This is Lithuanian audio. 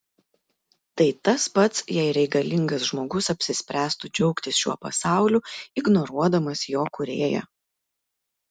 tai tas pats jei religingas žmogus apsispręstų džiaugtis šiuo pasauliu ignoruodamas jo kūrėją